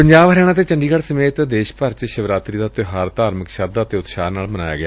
ਪੰਜਾਬ ਹਰਿਆਣਾ ਤੇ ਚੰਡੀਗੜ੍ ਸਮੇਤ ਦੇਸ਼ ਭਰ ਚ ਸ਼ਿਵਰਾਤਰੀ ਦਾ ਤਿਉਹਾਰ ਧਾਰਮਿਕ ਸ਼ਰਧਾ ਅਤੇ ਉਤਸ਼ਾਹ ਨਾਲ ਮਨਾਇਆ ਗਿਆ